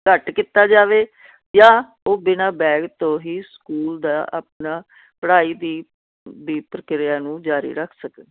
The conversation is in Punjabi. ਘੱਟ ਕੀਤਾ ਜਾਵੇ ਜਾਂ ਉਹ ਬਿਨਾਂ ਬੈਗ ਤੋਂ ਹੀ ਸਕੂਲ ਦਾ ਆਪਣੀ ਪੜ੍ਹਾਈ ਦੀ ਪ੍ਰਕਿਰਿਆ ਨੂੰ ਜਾਰੀ ਰੱਖ ਸਕਣ